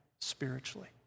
spiritually